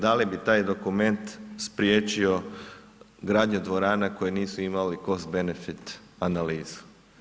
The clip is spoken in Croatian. Da li bi taj dokument spriječio gradnje dvorana koje nisu imali cost benefit analizu?